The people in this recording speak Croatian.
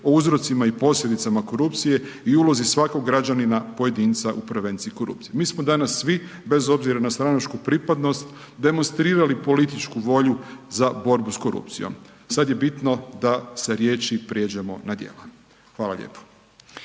o uzrocima i posljedicama korupcije i ulozi svakog građanina, pojedinca u prevenciji korupcije. Mi smo danas svi, bez obzira na stranačku pripadnost, demonstrirali političku volju za borbu s korupcijom, sada je bitno, da sa riječi pređemo na dijela. Hvala lijepo.